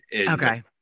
Okay